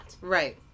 Right